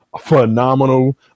phenomenal